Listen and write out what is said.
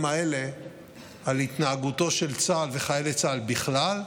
האלה על התנהגותו של צה"ל וחיילי צה"ל בכלל,